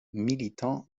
militant